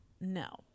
No